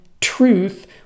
truth